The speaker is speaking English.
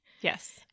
yes